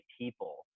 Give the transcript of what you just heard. people